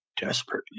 desperately